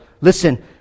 Listen